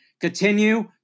Continue